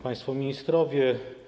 Państwo Ministrowie!